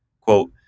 Quote